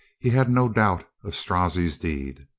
he had no doubt of strozzi's deed.